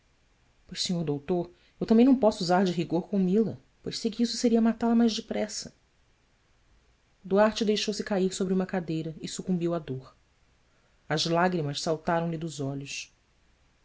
pois sr doutor eu também não posso usar de rigor com mila porque sei que isso seria matá-la mais depressa duarte deixou-se cair sobre uma cadeira e sucumbiu à dor as lágrimas saltaram-lhe dos olhos